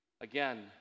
Again